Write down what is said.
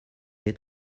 est